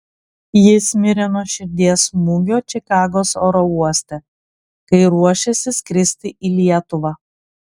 jis mirė nuo širdies smūgio čikagos oro uoste kai ruošėsi skristi į lietuvą